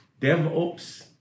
DevOps